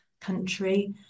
country